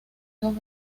dos